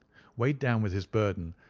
weighed down with his burden,